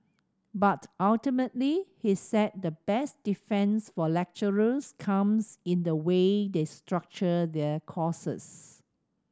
but ultimately he said the best defence for lecturers comes in the way they structure their courses